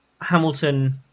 Hamilton